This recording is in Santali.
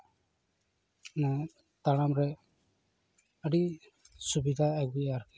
ᱚᱱᱟ ᱛᱟᱲᱟᱢ ᱨᱮ ᱟᱹᱰᱤ ᱥᱩᱵᱤᱫᱟᱭ ᱟᱜᱩᱭᱟ ᱟᱨᱠᱤ